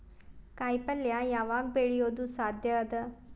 ಕಾಯಿಪಲ್ಯ ಯಾವಗ್ ಬೆಳಿಯೋದು ಸಾಧ್ಯ ಅದ?